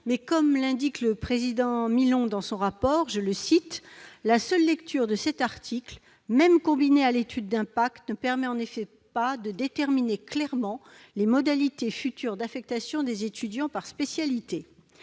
comme l'indique Alain Milon dans son rapport, la seule lecture de cet article, « même combinée à celle de l'étude d'impact, ne permet en effet pas de déterminer clairement les modalités futures d'affectation des étudiants par spécialité ».